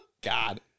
God